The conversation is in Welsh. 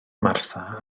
martha